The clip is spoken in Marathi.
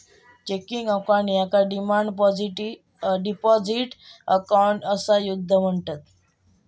चेकिंग अकाउंट याका डिमांड डिपॉझिट अकाउंट असा सुद्धा म्हणतत